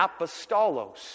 apostolos